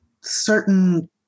certain